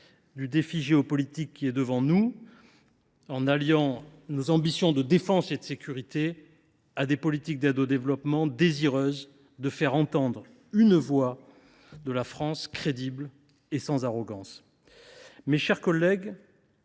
du défi géopolitique qui est devant nous, alliant nos ambitions de défense et de sécurité à des politiques d’aide au développement susceptibles de faire entendre la voix d’une France crédible et sans arrogance. Mes chers collègues,